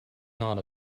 not